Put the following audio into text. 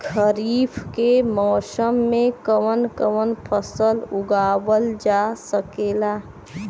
खरीफ के मौसम मे कवन कवन फसल उगावल जा सकेला?